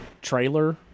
trailer